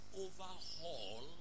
Overhaul